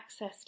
accessed